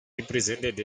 represented